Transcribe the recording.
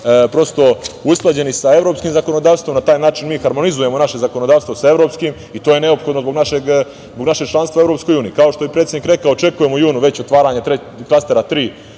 prosto usklađene sa evropskim zakonodavstvom, na taj način mi harmonizujemo naše zakonodavstvo sa evropskim i to je neophodno zbog našeg članstva u Evropskoj uniji. Kao što je i predsednik rekao, očekujemo u junu već otvaranje klastera 3